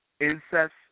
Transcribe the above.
incest